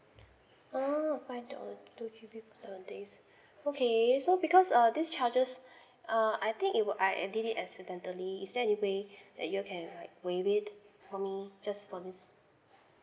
orh five dollar two G_B for seven days okay so because uh this charges uh I think it wou~ I did it accidentally is that any way that you can like waive it for me just for this